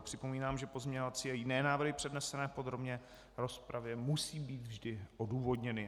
Připomínám, že pozměňovací i jiné návrhy přednesené v podrobné rozpravě musí být vždy odůvodněny.